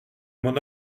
mon